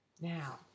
Now